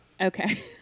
Okay